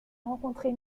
rencontré